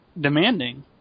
demanding